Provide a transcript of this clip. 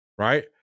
Right